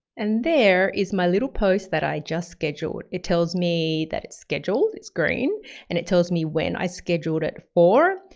and there is my little post that i just scheduled. it tells me that it's scheduled, it's green and it tells me when i scheduled it for.